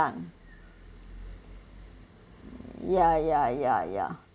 ya ya ya ya ya